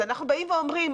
אנחנו באים ואומרים,